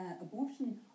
abortion